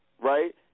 right